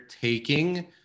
taking